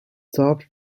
chopped